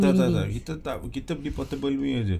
tak tak tak kita tak kita bawa portable punya jer